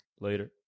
Later